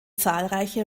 zahlreiche